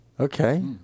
Okay